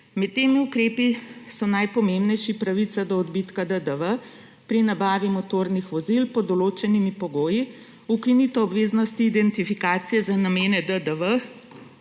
Med temi ukrepi so najpomembnejši pravica do odbitka DDV pri nabavi motornih vozil pod določenimi pogoji, ukinitev obveznosti identifikacije za namene DDV